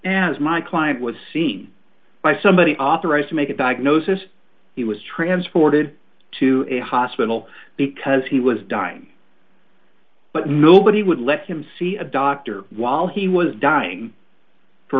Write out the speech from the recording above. as my client was seen by somebody authorized to make a diagnosis he was transported to a hospital because he was dying but nobody would let him see a doctor while he was dying for